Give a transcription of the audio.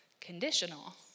conditional